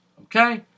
Okay